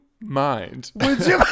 mind